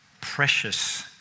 precious